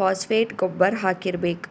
phosphate ಗೊಬ್ಬರ್ ಹಾಕಿರ್ಬೇಕ್